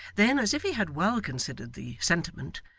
then, as if he had well considered the sentiment,